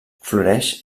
floreix